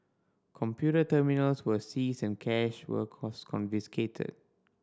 computer terminals were seized and cash was confiscated